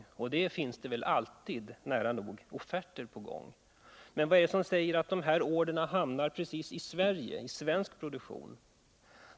Offerter på gång finns det väl nära nog alltid, men vad är det som säger att de här orderna hamnar precis i Sverige och i svensk produktion?